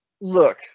look